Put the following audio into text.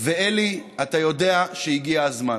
ואלי, אתה יודע שהגיע הזמן,